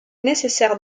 nécessaire